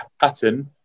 pattern